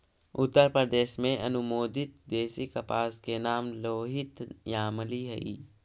उत्तरप्रदेश में अनुमोदित देशी कपास के नाम लोहित यामली हई